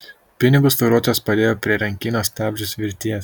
pinigus vairuotojas padėjo prie rankinio stabdžio svirties